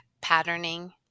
patterning